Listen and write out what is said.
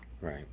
right